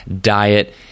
diet